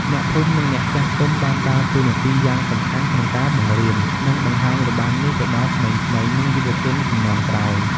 អ្នកភូមិ និងអ្នកចាស់ទុំបានដើរតួនាទីយ៉ាងសំខាន់ក្នុងការបង្រៀន និងបង្ហាញរបាំនេះទៅដល់ក្មេងៗ និងយុវជនជំនាន់ក្រោយ។